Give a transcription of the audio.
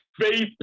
faith